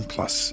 Plus